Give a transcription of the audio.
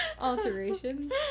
alterations